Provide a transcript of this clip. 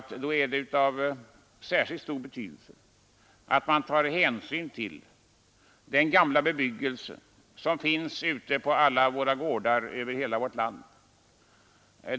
Då är det av särskilt stor betydelse att man tar hänsyn till den gamla bebyggelsen, till alla våra gårdar runt om i vårt land.